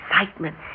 excitement